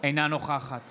אינה נוכחת